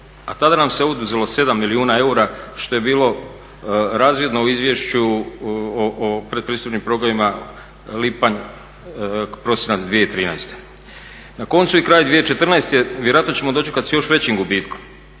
a tada nam se oduzelo 7 milijuna eura što je bilo razvidno u izvješću o pretpristupnim programima lipanj-prosinac 2013. Na koncu i kraj 2014. vjerojatno ćemo dočekat s još većim gubitkom.